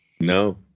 No